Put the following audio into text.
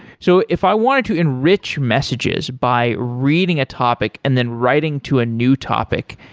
so if i wanted to enrich messages by reading a topic and then writing to a new topic,